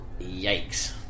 Yikes